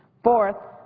fourth,